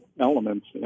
elements